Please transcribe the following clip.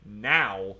now